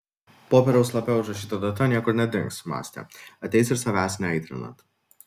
popieriaus lape užrašyta data niekur nedings mąstė ateis ir savęs neaitrinant